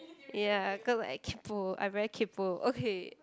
ya cause I kaypoh I very kaypoh okay